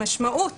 המשמעות